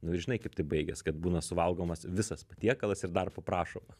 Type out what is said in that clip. nu ir žinai kaip tai baigias kad būna suvalgomas visas patiekalas ir dar paprašoma